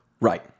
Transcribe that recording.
right